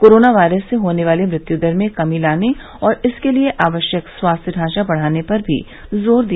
corona virus से होने वाली मृत्यू दर में कमी लाने और इसके लिए आवश्यक स्वास्थ्य ढांचा बढ़ाने पर भी जोर दिया